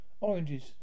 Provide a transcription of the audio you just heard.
oranges